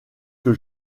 que